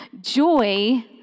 joy